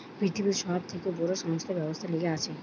পৃথিবীর সব থেকে বড় সংস্থা ব্যবসার লিগে আছে